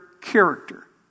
character